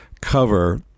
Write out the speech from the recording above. cover